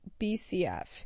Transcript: bcf